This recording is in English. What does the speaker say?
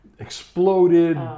exploded